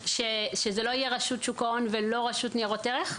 שזאת לא תהיה רשות שוק ההון ולא רשות ניירות ערך?